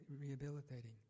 rehabilitating